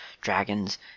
dragons